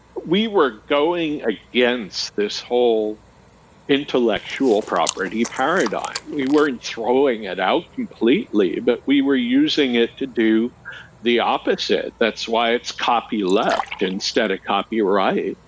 we were going against this whole intellectual property paradigm. we weren't throwing it out completely, but we were using it to do the opposite. that's why it's copyleft instead of copyright.